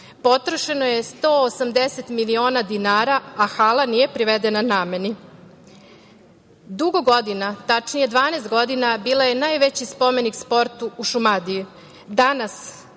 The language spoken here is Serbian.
Potrošeno je 180 miliona dinara, a hala nije privedena nameni. Dugo godina, tačnije 12 godina bila je najveći spomenik sportu u Šumadiji. Danas,